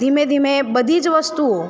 ધીમે ધીમે બધી જ વસ્તુઓ